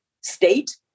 state